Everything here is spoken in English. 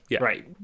Right